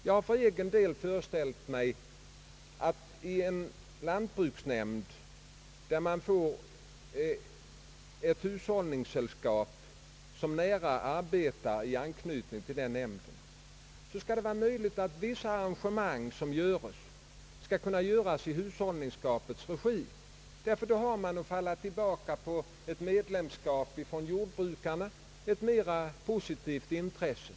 Jag har för egen del föreställt mig att om ett hushållningssällskap arbetar i nära samverkan med lantbruksnämnden skall det vara möjligt att ordna vissa arrangemang i hushållningssällskapets regi — då kan man nämligen falla tillbaka på jordbrukarnas medlemskap och följaktligen ett mera positivt intresse.